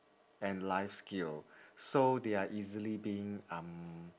and life skill so they are easily being um